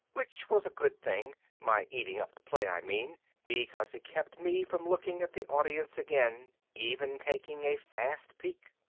which was a good thing my eating up the play, i mean because it kept me from looking at the audience again, even taking a fast peek.